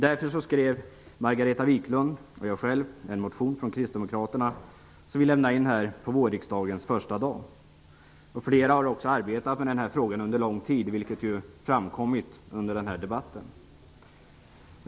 Därför skrev Margareta Viklund och jag själv en motion från kristdemokraterna som vi lämnade in på vårriksdagens första dag. Flera har också arbetat med den här frågan under lång tid, vilket framkommit under debatten.